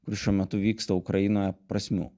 kur šiuo metu vyksta ukraina prasmių